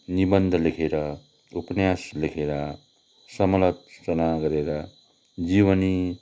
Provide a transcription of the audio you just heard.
निबन्ध लेखर उपन्यास लेखेर समालोचना गरेर जीवनी